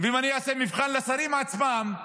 ואם אני אעשה מבחן לשרים עצמם,